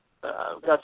got